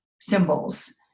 symbols